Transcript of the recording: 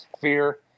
fear